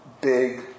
big